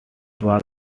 was